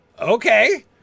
Okay